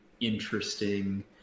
interesting